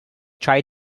try